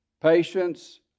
Patience